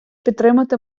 підтримати